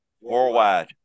Worldwide